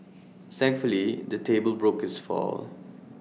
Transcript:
thankfully the table broke his fall